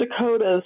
Dakota's